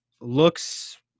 looks